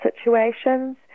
situations